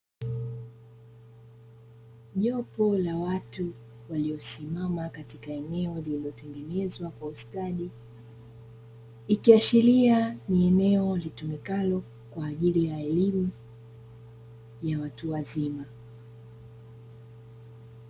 Jopo la watu waliosimama katika eneo lililotengenezwa kwa ustadi, ikiashiria ni eneo litumikalo kwa ajili ya elimu ya watu wazima.